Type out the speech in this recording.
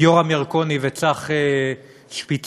יורם ירקוני וצח שפיצן,